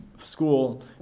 school